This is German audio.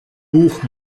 buch